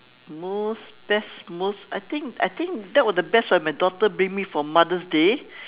most best most I think I think that was the best my daughter bring me for mother's day